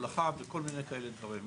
הולכה וכל מיני כאלה דברים.